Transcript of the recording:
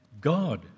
God